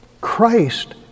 Christ